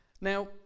Now